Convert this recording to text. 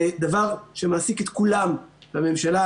זה דבר שמעסיק את כולם בממשלה.